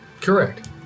Correct